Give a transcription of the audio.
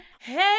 Hey